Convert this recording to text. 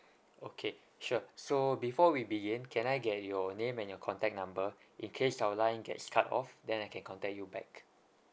okay sure so before we begin can I get your name and your contact number in case our line gets cut off then I can contact you back